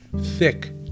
thick